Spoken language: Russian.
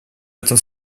этом